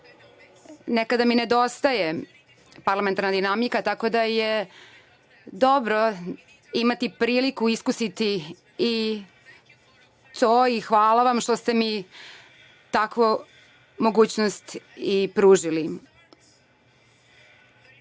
nekada mi nedostaje parlamentarna dinamika, tako da je dobro imati priliku, iskusiti i to i hvala vam što ste mi takvu mogućnost i pružili. Dok